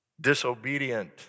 disobedient